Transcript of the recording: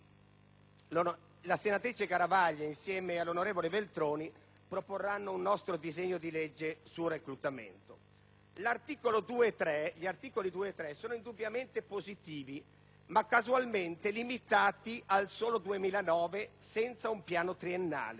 La senatrice Garavaglia e l'onorevole Veltroni proporranno un nostro disegno di legge sul reclutamento. Gli articoli 2 e 3 sono indubbiamente positivi ma, casualmente, limitati solo al 2009 senza un piano triennale.